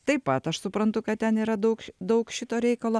taip pat aš suprantu kad ten yra daug daug šito reikalo